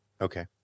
Okay